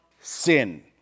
sin